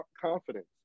confidence